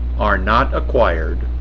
are not acquired,